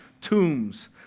tombs